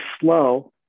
slow